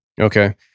Okay